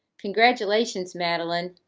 congratulations, madalyn,